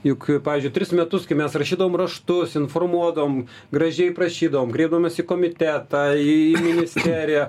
juk pavyzdžiui tris metus kai mes rašydavom raštus informuodavom gražiai prašydavom kreipdavomės į komitetą į ministeriją